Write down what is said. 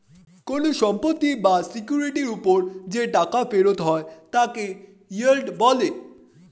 কোন সম্পত্তি বা সিকিউরিটির উপর যে টাকা ফেরত হয় তাকে ইয়েল্ড বলে